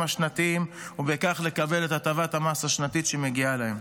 השנתיים ובכך לקבל את הטבת המס השנתית שמגיעה להם.